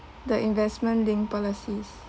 the investment linked policies